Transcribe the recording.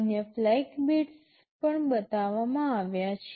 અન્ય flag bits પણ બતાવવામાં આવ્યા છે